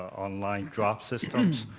online drop systems.